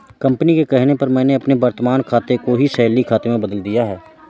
company के कहने पर मैंने अपने वर्तमान खाते को ही सैलरी खाते में बदल लिया है